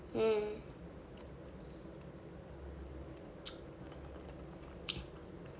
mm